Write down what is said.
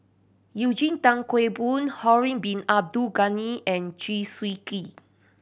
Eugene Tan Kheng Boon Harun Bin Abdul Ghani and Chew Swee Kee